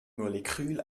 molekül